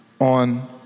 on